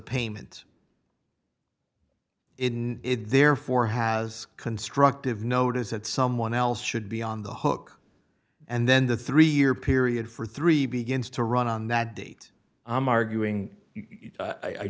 payment in it therefore has constructive notice that someone else should be on the hook and then the three year period for three begins to run on that date i'm arguing